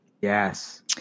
Yes